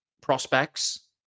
prospects